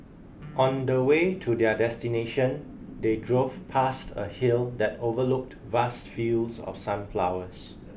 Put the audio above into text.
on the way to their destination they drove past a hill that overlooked vast fields of sunflowers